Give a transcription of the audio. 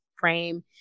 frame